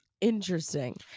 Interesting